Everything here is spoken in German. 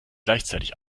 gleichzeitig